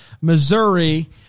Missouri